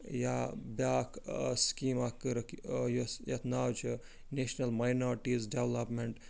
یا بیٛاکھ سِکیٖم اکھ کٔرٕکھ یۄس یَتھ ناو چھُ نیشنل ماینارٹیٖز ڈٮ۪ولَپمٮ۪نٛٹ